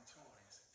toys